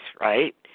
right